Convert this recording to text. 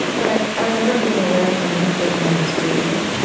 but i i remember being aware even then that they didn't know what to do with it.